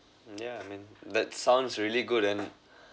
yeah I mean that sounds really good and